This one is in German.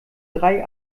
drei